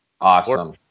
Awesome